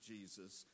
Jesus